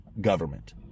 government